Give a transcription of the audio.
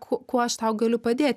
ku kuo aš tau galiu padėt